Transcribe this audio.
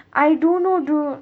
I don't know dude